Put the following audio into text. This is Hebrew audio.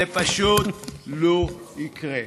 זה פשוט לא יקרה.